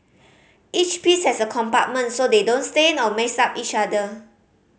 each piece has a compartment so they don't stain or mess up each other